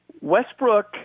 Westbrook